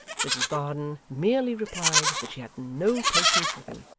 mrs varden merely replied that she had no patience with him,